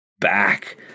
back